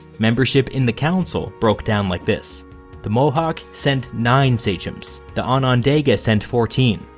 membership in the council broke down like this the mohawk sent nine sachems, the onondaga sent fourteen,